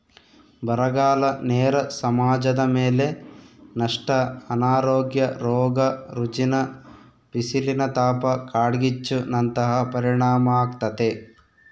ಬರಗಾಲ ನೇರ ಸಮಾಜದಮೇಲೆ ನಷ್ಟ ಅನಾರೋಗ್ಯ ರೋಗ ರುಜಿನ ಬಿಸಿಲಿನತಾಪ ಕಾಡ್ಗಿಚ್ಚು ನಂತಹ ಪರಿಣಾಮಾಗ್ತತೆ